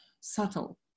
subtle